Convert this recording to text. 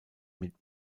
mit